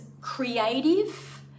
creative